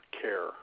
care